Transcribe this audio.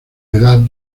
edad